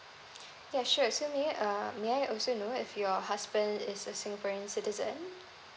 yeah sure so may I uh may I also know if your husband is a singaporean citizen